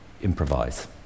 improvise